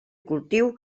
cultiu